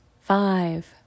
Five